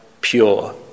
pure